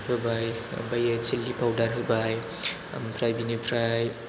होबाय ओमफ्रायो chilli powder होबाय ओमफ्राय बिनिफ्राय